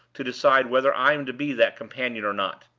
to decide whether i am to be that companion or not.